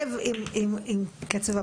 זה עדיין לא מתחיל להתקרב לקצב הבקשות.